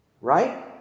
Right